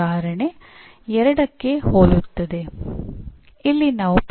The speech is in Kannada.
ಉದಾಹರಣೆಗೆ ಒಂದು ಮಾದರಿಯನ್ನು ನೀಡಲಾಗಿದೆ